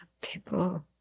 people